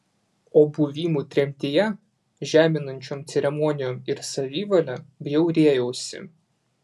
o buvimu tremtyje žeminančiom ceremonijom ir savivale bjaurėjausi